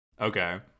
Okay